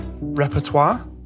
repertoire